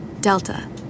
Delta